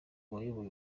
wayoboye